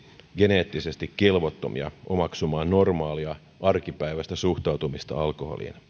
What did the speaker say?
geneettisesti kelvottomia omaksumaan normaalia arkipäiväistä suhtautumista alkoholiin